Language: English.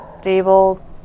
stable